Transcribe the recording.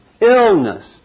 illness